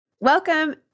Welcome